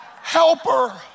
helper